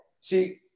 see